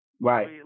Right